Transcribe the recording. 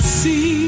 see